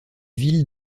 villes